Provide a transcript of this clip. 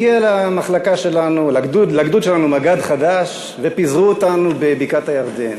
הגיע לגדוד שלנו מג"ד חדש ופיזרו אותנו בבקעת-הירדן.